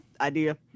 idea